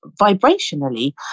vibrationally